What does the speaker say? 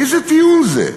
איזה טיעון זה?